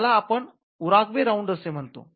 ज्याला आपण Uruguay round असे म्हणतो